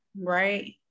right